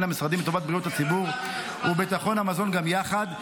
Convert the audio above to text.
המשרדים לטובת בריאות הציבור וביטחון המזון גם יחד.